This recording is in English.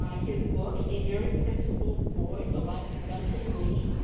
his book, a very principled boy the life of duncan lee,